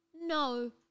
No